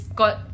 got